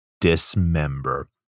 dismember